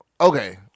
Okay